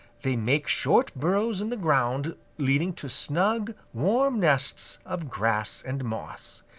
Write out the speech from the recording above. they make short burrows in the ground leading to snug, warm nests of grass and moss.